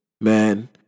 man